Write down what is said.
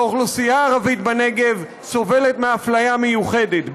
והאוכלוסייה הערבית בנגב סובלת מאפליה מיוחדת,